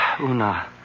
Una